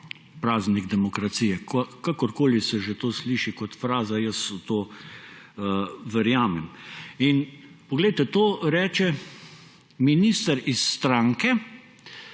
praznik demokracije. Kakorkoli se že to sliši kot fraza, jaz v to verjamem. Glejte, to reče minister iz stranke,